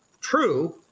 true